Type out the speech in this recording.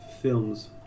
films